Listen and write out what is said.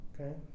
Okay